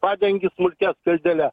padengi smulkia skaldele